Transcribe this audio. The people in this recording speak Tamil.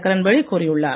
கிரண் பேடி கூறியுள்ளார்